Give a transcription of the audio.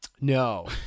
No